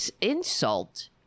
insult